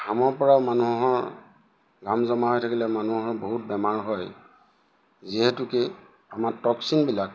ঘামৰ পৰাও মানুহৰ ঘাম জমা হৈ থাকিলে মানুহৰ বহুত বেমাৰ হয় যিহেতুকে আমাৰ টক্চিনবিলাক